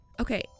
Okay